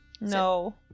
No